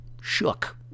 shook